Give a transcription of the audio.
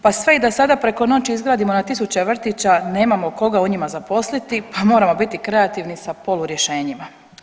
Pa sve i da sada preko noći izgradimo na tisuće vrtića nemamo koga u njima zaposliti, pa moramo biti kreativni sa polu rješenjima.